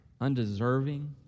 undeserving